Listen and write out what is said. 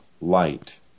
light